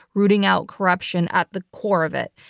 rooting out corruption at the core of it,